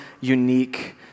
unique